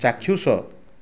ଚାକ୍ଷୁଷ